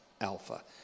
alpha